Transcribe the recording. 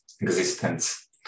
existence